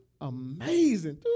amazing